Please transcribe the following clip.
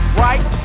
right